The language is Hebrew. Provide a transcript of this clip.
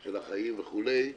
של החיים וכולי,